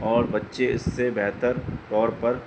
اور بچے اس سے بہتر طور پر